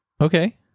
Okay